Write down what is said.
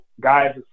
guys